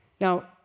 Now